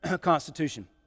Constitution